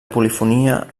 polifonia